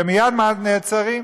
שמייד נעצרים,